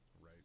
right